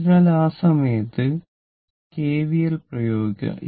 അതിനാൽ ആ സമയത്ത് കെവിഎൽ പ്രയോഗിക്കുക